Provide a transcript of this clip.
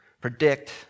predict